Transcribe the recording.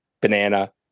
banana